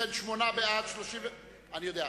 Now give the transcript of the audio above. שמונה בעד, אני יודע.